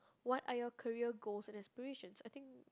what are your career goals and aspirations I think